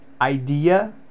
idea